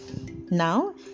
Now